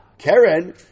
Karen